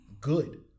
good